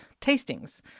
tastings